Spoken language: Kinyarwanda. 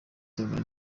sentore